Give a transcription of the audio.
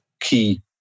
key